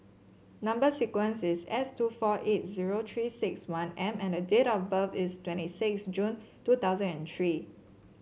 number sequence is S two four eight zero Three six one M and date of birth is twenty six June two thousand and three